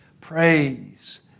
praise